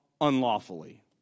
unlawfully